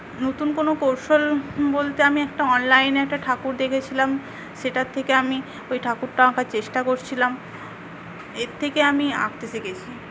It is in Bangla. নতুন কোন কৌশল বলতে আমি একটা অনলাইনে একটা ঠাকুর দেখেছিলাম সেটার থেকে আমি ওই ঠাকুরটা আঁকার চেষ্টা করছিলাম এর থেকে আমি আঁকতে শিখেছি